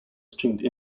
stringed